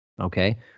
Okay